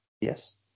Yes